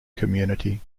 community